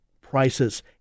prices